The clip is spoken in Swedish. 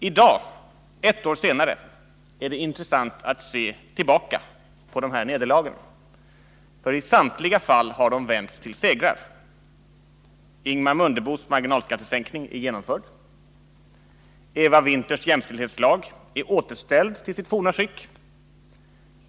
I dag, ett år senare, är det intressant att se tillbaka på de här nederlagen — för i samtliga fall har de vänts till segrar. Ingemar Mundebos marginalskattesänkning är genomförd. Eva Winthers jämställdhetslag är återställd till sitt forna skick.